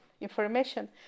information